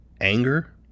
anger